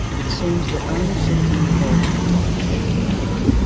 it seems that only citizen revolt is left to counter it.